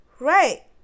Right